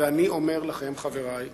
חברי חברי